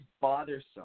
bothersome